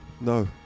No